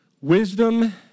wisdom